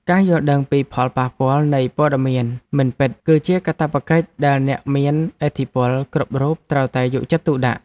ការយល់ដឹងពីផលប៉ះពាល់នៃព័ត៌មានមិនពិតគឺជាកាតព្វកិច្ចដែលអ្នកមានឥទ្ធិពលគ្រប់រូបត្រូវតែយកចិត្តទុកដាក់។